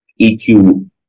EQ